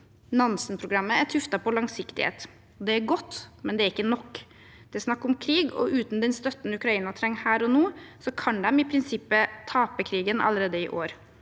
Nansen-programmet er tuftet på langsiktighet. Det er godt, men det er ikke nok. Det er snakk om krig, og uten den støtten Ukraina trenger her og nå, kan de i prinsippet tape krigen allerede i år.